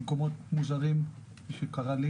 במקומות מוזרים כפי שקרה לי